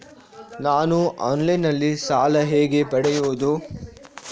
ನಾನು ಆನ್ಲೈನ್ನಲ್ಲಿ ಸಾಲ ಹೇಗೆ ಪಡೆಯುವುದು?